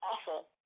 awful